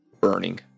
burning